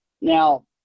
now